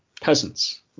peasants